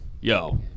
Yo